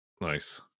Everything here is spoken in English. Nice